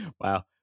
Wow